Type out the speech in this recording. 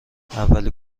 اولی